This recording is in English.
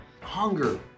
Hunger